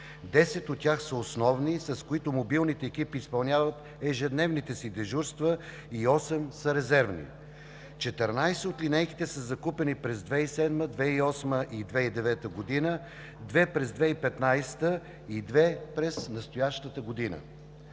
10 от тях са основни, с които мобилните екипи изпълняват ежедневните си дежурства, и осем са резервни; 14 от линейките са закупени през 2007-а, 2008-а и 2009 г.; две през 2015 г. и две през настоящата година.